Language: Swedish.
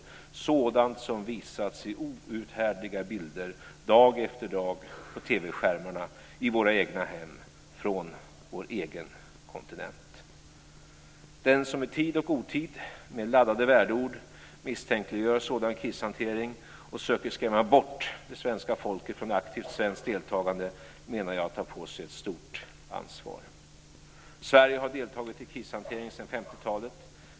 Det är sådant som har visats i outhärdliga bilder dag efter dag på TV skärmarna i våra egna hem från vår egen kontinent. Den som i tid och otid med laddade värdeord misstänkliggör en sådan krishantering och söker skrämma bort det svenska folket från aktivt svenskt deltagande menar jag tar på sig ett stort ansvar. Sverige har deltagit i krishanteringen sedan 1950 talet.